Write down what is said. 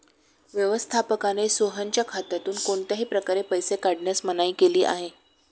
व्यवस्थापकाने सोहनच्या खात्यातून कोणत्याही प्रकारे पैसे काढण्यास मनाई केली आहे